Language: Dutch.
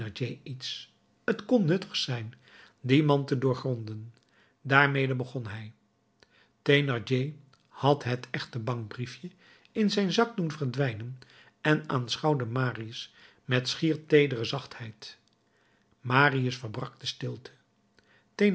iets t kon nuttig zijn dien man te doorgronden daarmede begon hij thénardier had het echte bankbriefje in zijn zak doen verdwijnen en aanschouwde marius met schier teedere zachtheid marius verbrak de stilte